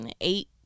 eight